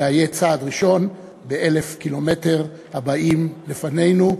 אלא יהיה צעד ראשון באלף הקילומטר הבאים לפנינו,